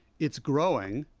it's growing,